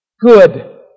Good